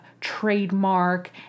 trademark